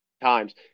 times